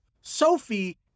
Sophie